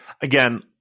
Again